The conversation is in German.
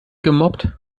gemobbt